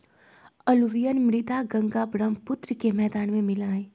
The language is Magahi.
अलूवियल मृदा गंगा बर्ह्म्पुत्र के मैदान में मिला हई